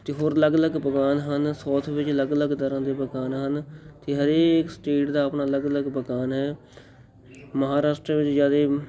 ਅਤੇ ਹੋਰ ਅਲੱਗ ਅਲੱਗ ਪਕਵਾਨ ਹਨ ਸਾਊਥ ਵਿੱਚ ਅਲੱਗ ਅਲੱਗ ਤਰ੍ਹਾਂ ਦੇ ਪਕਵਾਨ ਹਨ ਅਤੇ ਹਰੇਕ ਸਟੇਟ ਦਾ ਆਪਣਾ ਅਲੱਗ ਅਲੱਗ ਪਕਵਾਨ ਹੈ ਮਹਾਰਾਸ਼ਟਰ ਵਿੱਚ ਜ਼ਿਆਦੇ